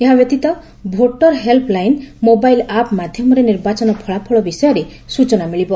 ଏହା ବ୍ୟତୀତ voter help line mobile app ମାଧ୍ୟମରେ ନିର୍ବାଚନ ଫଳାଫଳ ବିଷୟରେ ସୂଚନା ମିଳିବ